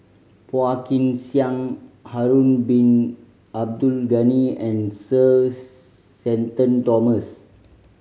Phua Kin Siang Harun Bin Abdul Ghani and Sir Shenton Thomas